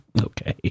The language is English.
Okay